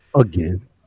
Again